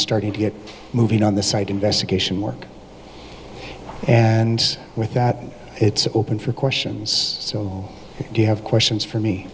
starting to get moving on the site investigation work and with that it's open for questions so do you have questions for me